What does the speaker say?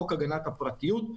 חוק הגנת הפרטיות,